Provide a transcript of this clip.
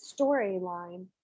storyline